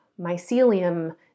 mycelium